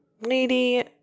lady